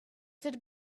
had